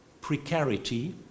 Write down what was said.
precarity